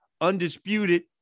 undisputed